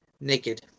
naked